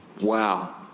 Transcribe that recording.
wow